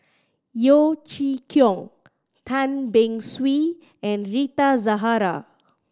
Yeo Chee Kiong Tan Beng Swee and Rita Zahara